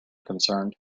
concerned